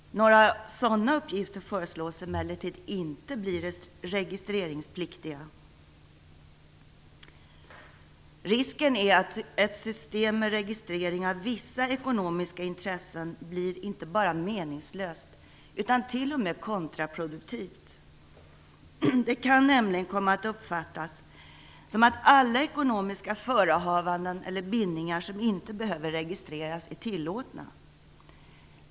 Några sådana uppgifter föreslås emellertid inte bli registreringspliktiga. Risken är att ett system med registrering av vissa ekonomiska intressen blir inte bara meningslöst utan t.o.m. kontraproduktivt. Det kan nämligen komma att uppfattas som att alla ekonomiska förehavanden eller bindningar som inte behöver registreras är tillåtna.